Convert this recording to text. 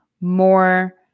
more